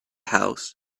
house